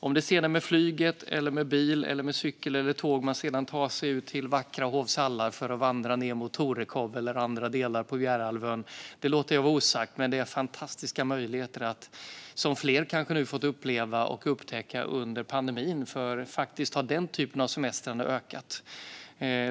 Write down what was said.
Om det sedan är med flyget eller med bil, cykel eller tåg man tar sig ut till vackra Hovs hallar för att vandra ned mot Torekov eller andra delar av Bjärehalvön låter jag vara osagt. Men det finns fantastiska möjligheter, som kanske fler fått uppleva och upptäcka under pandemin - den typen av semestrande har faktiskt ökat.